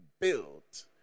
built